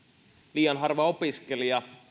liian harva opiskelija